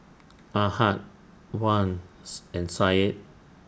Ahad Wan's and Said